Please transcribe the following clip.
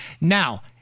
Now